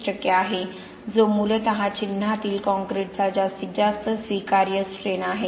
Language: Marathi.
35 आहे जो मूलत चिन्हातील कॉंक्रिटचा जास्तीत जास्त स्वीकार्य स्ट्रैन आहे